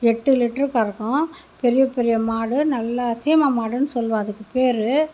எட்டு லிட்டரு கறக்கும் பெரிய பெரிய மாடு நல்ல சீமை மாடுன்னு சொல்லுவோம் அதுக்கு பேர்